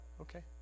Okay